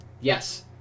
Yes